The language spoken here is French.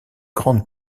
grande